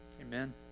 Amen